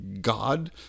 God